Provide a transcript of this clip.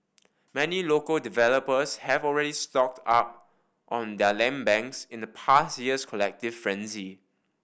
many local developers have already stocked up on their land banks in the past year's collective frenzy